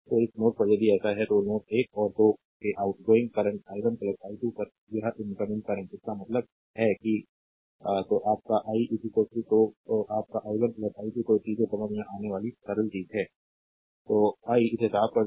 तो इस नोड पर यदि ऐसा है तो नोड 1 और 2 के आउटगोइंग करंट i1 i2 पर यह इनकमिंग करंट इसका मतलब है कि तो आप का i तो आप का i1 i2 तो चीजें समझ में आने वाली सरल चीज़ हैं तो आई इसे साफ कर दूं